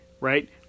right